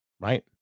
Right